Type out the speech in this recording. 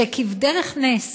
שכבדרך נס